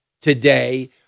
today